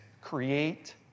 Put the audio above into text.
create